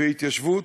והתיישבות,